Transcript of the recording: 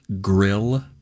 Grill